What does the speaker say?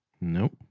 Nope